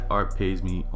ArtPaysMe